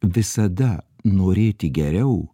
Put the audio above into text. visada norėti geriau